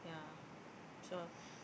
yeah so